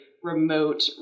remote